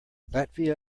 latvia